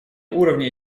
уровня